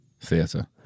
Theatre